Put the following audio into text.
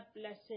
blessing